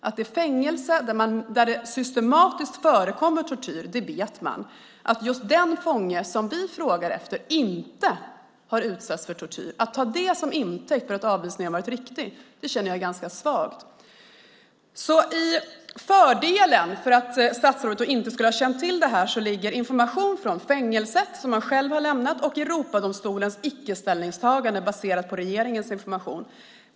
Att det är ett fängelse där det systematiskt förekommer tortyr vet man. Att ta informationen om att just den fånge vi frågar om inte har utsatts för tortyr till intäkt för att avvisningen har varit riktig är, känner jag, ganska svagt. I den ena vågskålen, i fördelen - att statsrådet inte skulle ha känt till detta - ligger information från fängelset som man själv lämnat och Europadomstolens icke-ställningstagande baserat på regeringens information.